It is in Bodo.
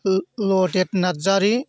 लदेब नार्जारि